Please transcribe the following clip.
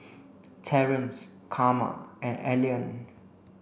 Terrence Carma and Allean